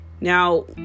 Now